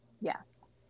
Yes